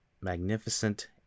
Magnificent